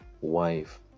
wife